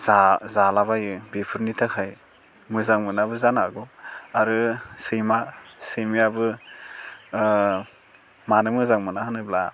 जा जालाबायो बेफोरनि थाखाय मोजांमोनाबो जानोहागौ आरो सैमा सैमायाबो मानो मोजां मोना होनोब्ला